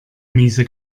miese